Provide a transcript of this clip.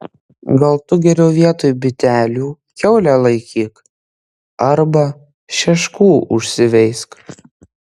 gal tu geriau vietoj bitelių kiaulę laikyk arba šeškų užsiveisk